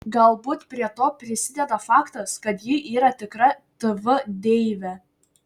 galbūt prie to prisideda faktas kad ji yra tikra tv deivė